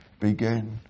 begin